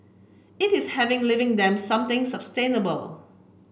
it is having leaving them something sustainable